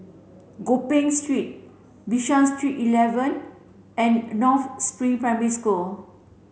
Gopeng Street Bishan Street eleven and North Spring Primary School